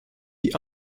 die